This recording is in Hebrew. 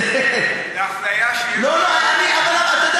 זו אפליה, להפך,